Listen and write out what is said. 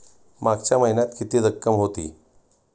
मागच्या महिन्यात किती रक्कम होती?